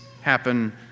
happen